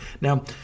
now